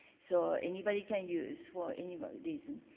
so, anybody can use for any reason.